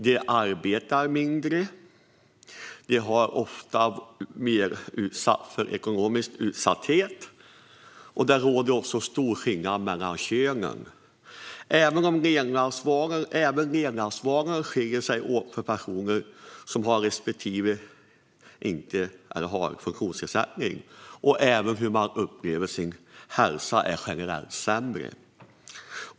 De arbetar mindre och befinner sig oftare i ekonomisk utsatthet. Här råder det också stora skillnader mellan könen. Även levnadsvanorna skiljer sig åt mellan personer som har respektive inte har en funktionsnedsättning, och den upplevda hälsan är generellt sämre.